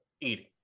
eating